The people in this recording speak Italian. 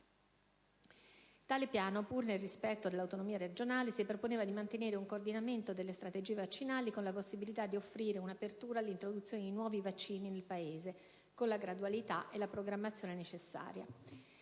Tale Piano, pur nel rispetto dell'autonomia regionale prevista, si proponeva di mantenere un coordinamento delle strategie vaccinali, con la possibilità di offrire una apertura all'introduzione di nuovi vaccini nel Paese, con la gradualità e la programmazione necessaria.